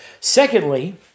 Secondly